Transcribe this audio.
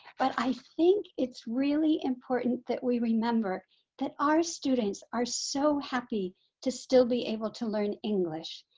but i think it's really important that we remember that our students are so happy to still be able to learn english.